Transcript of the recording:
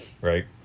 right